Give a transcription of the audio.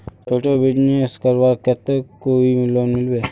छोटो बिजनेस करवार केते कोई लोन मिलबे?